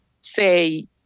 say